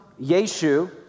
Yeshu